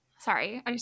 Sorry